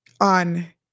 on